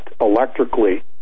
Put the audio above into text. electrically